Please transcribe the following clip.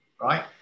right